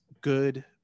good